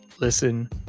listen